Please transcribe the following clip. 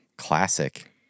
classic